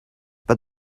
but